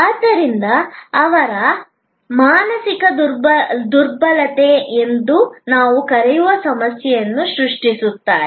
ಆದ್ದರಿಂದ ಅವರು ಮಾನಸಿಕ ದುರ್ಬಲತೆ ಎಂದು ನಾವು ಕರೆಯುವ ಸಮಸ್ಯೆಯನ್ನು ಸೃಷ್ಟಿಸುತ್ತಾರೆ